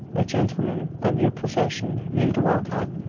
a gentleman of your profession, named walcot,